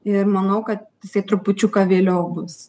ir manau kad jisai trupučiuką vėliau bus